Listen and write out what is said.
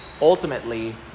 ultimately